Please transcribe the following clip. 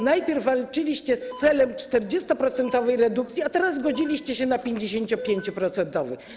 Najpierw walczyliście z celem 40-procentowej redukcji, a teraz zgodziliście się na 55-procentowy.